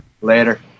Later